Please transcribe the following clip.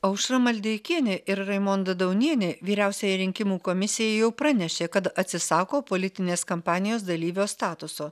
aušra maldeikienė ir raimonda daunienė vyriausiajai rinkimų komisijai jau pranešė kad atsisako politinės kampanijos dalyvio statuso